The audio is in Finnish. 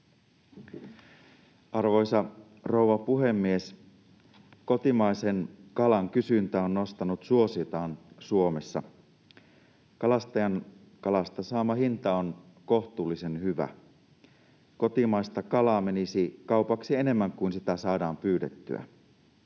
Arvoisa rouva puhemies! Kotimaisen kalan kysyntä on nostanut suosiotaan Suomessa. Kalastajan kalasta saama hinta on kohtuullisen hyvä. Kotimaista kalaa menisi kaupaksi enemmän kuin sitä saadaan pyydettyä.